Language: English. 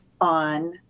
on